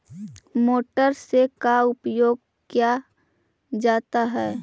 Motor से का उपयोग क्या जाता है?